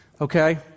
Okay